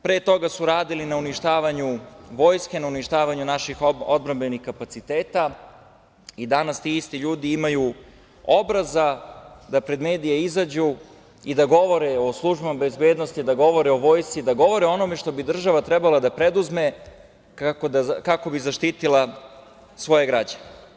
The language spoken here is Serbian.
Pre toga su radili na uništavanju vojske, na uništavanju naših odbrambenih kapaciteta i danas ti isti ljudi imaju obraza da pred medije izađu i da govore o službama bezbednosti, da govore o vojsci, da govore o onome što bi država trebala da preduzme kako bi zaštitila svoje građane.